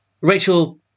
Rachel